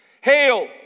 Hail